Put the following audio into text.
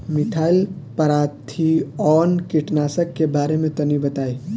Methyl parathion कीटनाशक के बारे में तनि बताई?